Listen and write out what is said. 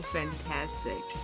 fantastic